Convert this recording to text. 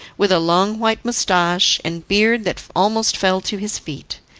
with a long white moustache, and beard that almost fell to his feet.